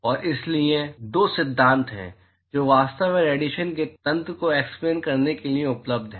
और इसलिए 2 सिद्धांत हैं जो वास्तव में रेडिएशन के तंत्र की एक्सप्लेन करने के लिए उपलब्ध हैं